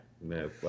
No